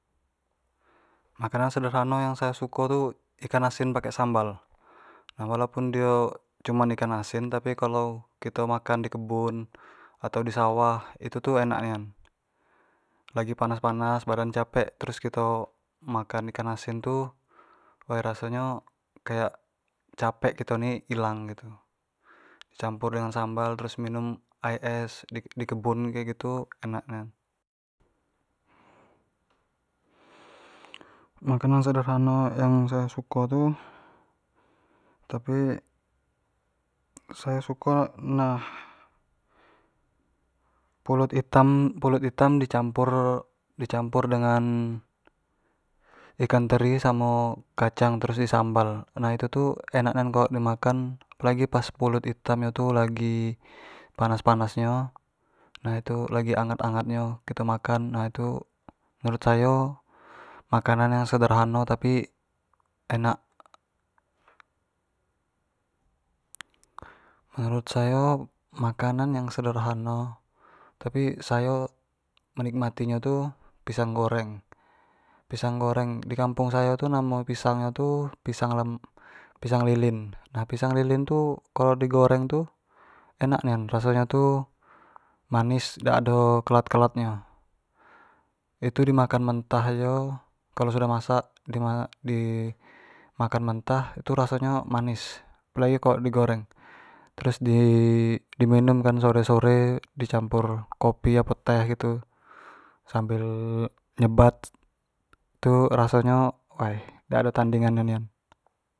Makanan sederhana yang sayo suko tu ikan asin pake sambal nah walaupun dio cuman ikan asin tapi kalau kito makan di kebun atau di sawah itu tu enak nian, lagi panas-panas badan capek terus kito makan ikan asin tu, woi raso nyo kayak capek kito ni ilang gitu campur dengan sambal terus minum aek es di kebun kek gitu enak nian, makanan sederhana yang sayo suko tu tapi sayo suko tu nah pulut itam-pulut itam di campur-di campur dengan ikan teri samo kacang terus di sambal nah itu tu enak nian kalo di makan apo lagi pas pulut itam nyo tu lagi panas-panas nyo nah itu lagi angat-angat nyo kito makan nah itu menurut ayo makanan nyo tu sederhana tapi enak menurut sayo makanan yang sederhano tapi sayo menikmati nyo tu pisang goreng, pisang goreng di kampung sayo tu namo pisang nyo tu pisang lem lilin, pisang lilin tu kalau di goreng tu enak nian rasonyo tu manis dak ado kelat-kelat nyo, itu dimakan mentah ajo kalau sudah masak di makan mentah itu raso nyo manis apolagi kalau di goreng terus di minum kan sore-sore di campur kopi atau teh tu sambal nyebat tu raso nyo tu dak ado tandingan nyo nian.